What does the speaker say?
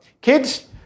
Kids